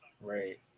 Right